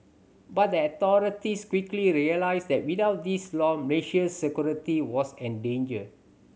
but the authorities quickly realised that without this law Malaysia's security was endangered